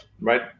right